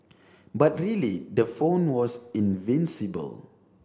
but really the phone was invincible